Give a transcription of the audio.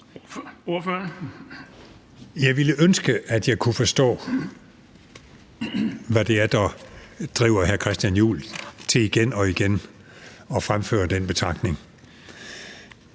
Jeg ville ønske, at jeg kunne forstå, hvad det er, der driver hr. Christian Juhl til igen og igen at fremføre den betragtning.